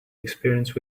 experience